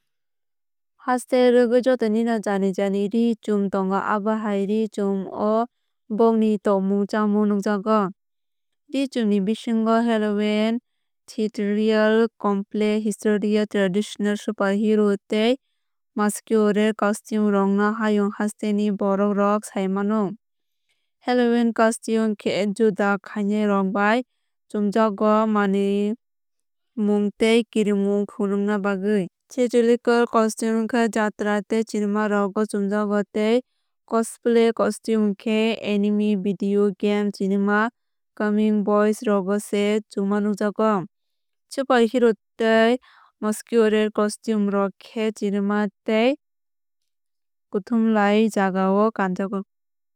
Haste rwgwui joto ni no jani jani ree chum tongo abo hai ree chum o bongni tongmung chamung nukjago. Ree chum ni bisingo halloween theatrical cosplay historical traditional super hero tei masquerade costume rok no hayung haste ni borok rok sai mano. Halloween costume khe jadu khainai rok bai chumjago munwuimung tei kirimung funukna bagwui. Theatrical costume khe jatra tei cinema rogo chumjago tei cosplay costume khe anime video game cinema comic boi rogo se chuma nukjago. Superhero tei masquerade costume rok khe cinema tei kuthumlai jaga o kanjago.